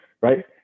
right